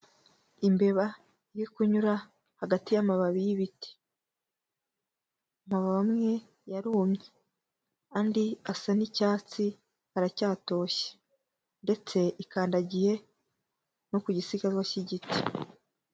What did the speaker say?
Imbeba iri kunyura hagati y'amababi y'ibiti, amababi amwe yarumye, andi asa n'icyatsi, aracyatoshye, ndetse ikandagiye no ku gisigazwa k'igiti.